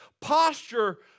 posture